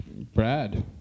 Brad